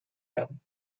werden